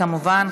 כמובן,